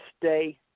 stay